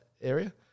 area